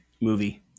Movie